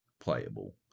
playable